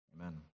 Amen